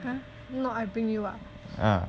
ha not I bring you ah